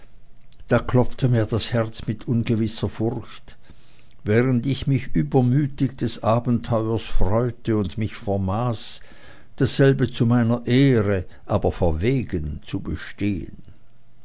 da klopfte mir das herz mit ungewisser furcht während ich mich übermütig des abenteuers freute und mich vermaß dasselbe zu meiner ehre aber verwegen zu bestehen